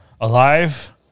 alive